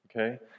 Okay